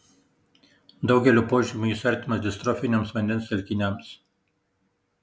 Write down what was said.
daugeliu požymių jis artimas distrofiniams vandens telkiniams